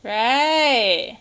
right